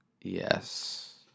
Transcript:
Yes